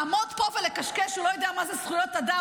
לעמוד פה ולקשקש שהוא לא יודע מה זה זכויות אדם,